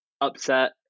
upset